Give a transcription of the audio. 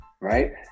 right